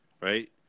right